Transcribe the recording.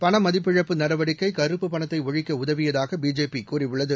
பணமதிப்பிழப்பு நடவடிக்கைகருப்புப் பணத்தைஒழிக்கஉதவியதாகபிஜேபிகூறியுள்ளது